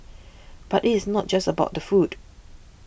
but it is not just about the food